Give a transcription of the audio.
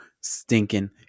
stinking